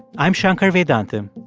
i'm shankar vedantam,